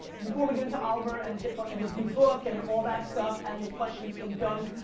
before we get into oliver and his and his new book and all that stuff and the questions from dunk,